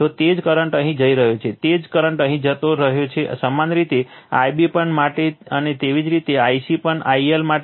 તો તે જ કરંટ અહીં જઈ રહ્યો છે તે જ કરંટ અહીં જઈ રહ્યો છે સમાન રીતે Ib પણ માટે અને તેવી જ રીતે Ic પણ IL માટે પણ